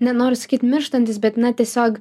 nenoriu sakyt mirštantis bet na tiesiog